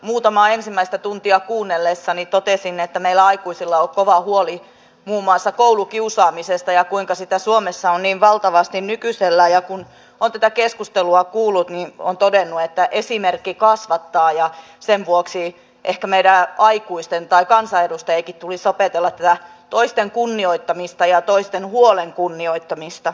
muutamaa ensimmäistä tuntia kuunnellessani totesin että meillä aikuisilla on kova huoli muun muassa koulukiusaamisesta ja siitä kuinka sitä suomessa on niin valtavasti nykyisellään ja kun olen tätä keskustelua kuullut niin olen todennut että esimerkki kasvattaa ja sen vuoksi ehkä meidän aikuisten tai kansanedustajienkin tulisi opetella tätä toisten kunnioittamista ja toisten huolen kunnioittamista